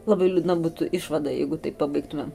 labai liūdna būtų išvada jeigu taip pabaigtumėm